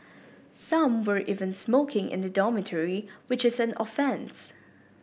some were even smoking in the dormitory which is an offence